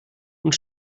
und